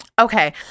Okay